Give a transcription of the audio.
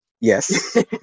Yes